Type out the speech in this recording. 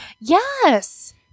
Yes